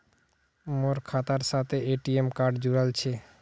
मोर खातार साथे ए.टी.एम कार्ड जुड़ाल छह